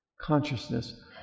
consciousness